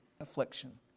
affliction